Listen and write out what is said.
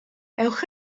ewch